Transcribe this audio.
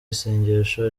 isengesho